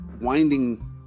winding